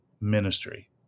ministry